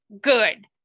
Good